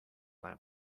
lab